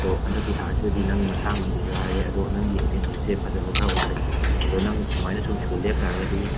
ꯑꯗꯣ ꯍꯟꯗꯛꯀꯤ ꯊꯥ ꯁꯤꯗꯗꯤ ꯅꯪ ꯅꯁꯥ ꯉꯝꯗꯦꯁꯨ ꯍꯥꯏꯔꯦ ꯑꯗꯣ ꯅꯪꯒꯤ ꯑꯦꯇꯦꯟꯗꯦꯟꯁꯁꯦ ꯐꯖꯕ ꯈꯔ ꯋꯥꯠꯂꯦ ꯑꯗꯣ ꯅꯪ ꯁꯨꯃꯥꯏꯅꯁꯨꯝ ꯁ꯭ꯀꯨꯜ ꯂꯦꯞꯇꯥꯔꯒꯗꯤ